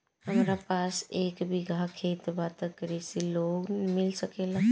हमरा पास एक बिगहा खेत बा त कृषि लोन मिल सकेला?